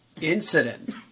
incident